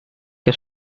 que